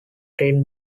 green